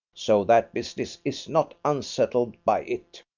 so that business is not unsettled by it.